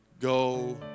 go